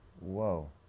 Whoa